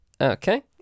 okay